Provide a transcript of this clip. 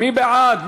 מי בעד?